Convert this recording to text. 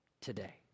today